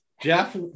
Jeff